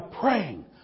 praying